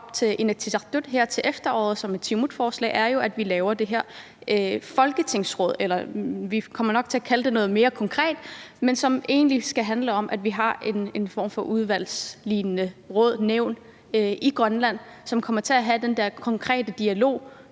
til efteråret som et Siumutforslag, er jo, at vi laver det her folketingsråd. Eller vi kommer nok til at kalde det noget mere konkret, men det skal egentlig handle om, at vi har en form for udvalgslignende råd, nævn, i Grønland, som kommer til at have den der konkrete dialog